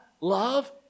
love